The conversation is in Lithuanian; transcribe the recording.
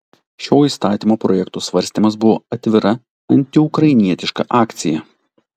šio įstatymo projekto svarstymas buvo atvira antiukrainietiška akcija